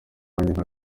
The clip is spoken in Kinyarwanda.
nanjye